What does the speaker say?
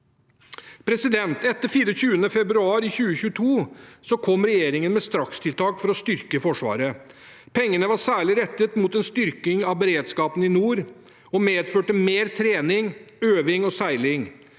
sektoren. Etter 24. februar 2022 kom regjeringen med strakstiltak for å styrke Forsvaret. Pengene var særlig rettet mot en styrking av beredskapen i nord og medførte mer trening, øving og seiling.